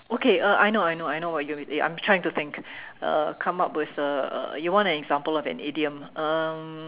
okay uh I know I know I know what you mean I'm trying to think uh come out with uh uh you want an example of an idiom um